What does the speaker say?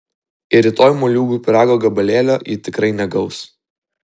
ir rytoj moliūgų pyrago gabalėlio ji tikrai negaus